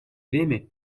время